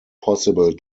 possible